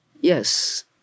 yes